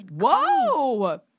whoa